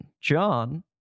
John